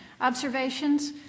Observations